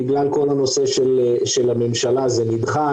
בגלל כל הנושא של הממשלה זה נדחה.